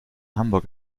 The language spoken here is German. hamburg